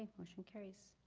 like motion carries.